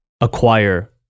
acquire